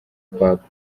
papa